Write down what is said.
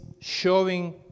showing